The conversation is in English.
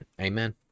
Amen